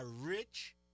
rich